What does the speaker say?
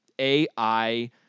AI